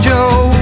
Joe